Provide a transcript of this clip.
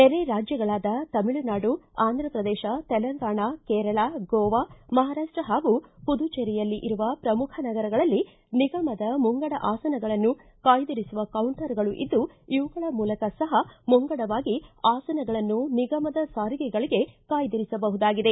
ನೆರೆ ರಾಜ್ಯಗಳಾದ ತಮಿಳುನಾಡು ಅಂಧ್ಯಪ್ರದೇಶ ತೆಲಂಗಾಣ ಕೇರಳ ಗೋವಾ ಮಹಾರಾಷ್ಟ ಹಾಗೂ ಪುದುಚೆರಿಯಲ್ಲಿ ಇರುವ ಪ್ರಮುಖ ನಗರಗಳಲ್ಲಿ ನಿಗಮದ ಮುಂಗಡ ಆಸನಗಳನ್ನು ಕಾಯ್ದಿರಿಸುವ ಕೌಂಟರ್ಗಳು ಇದ್ದು ಇವುಗಳ ಮೂಲಕ ಸಹ ಮುಂಗಡವಾಗಿ ಆಸನಗಳನ್ನು ನಿಗಮದ ಸಾರಿಗೆಗಳಿಗೆ ಕಾಯ್ದಿರಿಸಬಹುದಾಗಿದೆ